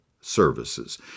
Services